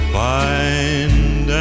find